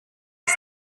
ist